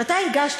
שאתה הגשת,